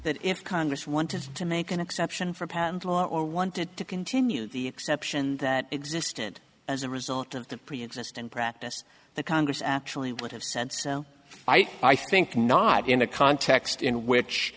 that if congress wanted to make an exception for patent law or wanted to continue the exception that existed as a result of that preexisting practice the congress actually would have said so i think not in a context in which